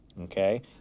Okay